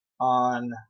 on